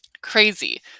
Crazy